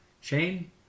Shane